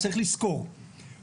צריך לזכור את זה.